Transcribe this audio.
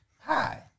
Hi